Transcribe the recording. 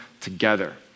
together